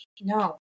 No